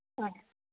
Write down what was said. ആ